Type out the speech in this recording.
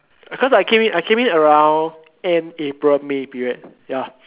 because I came around end april may period